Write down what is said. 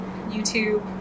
YouTube